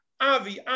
avi